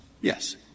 Yes